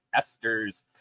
esters